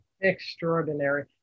Extraordinary